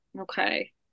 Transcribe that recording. okay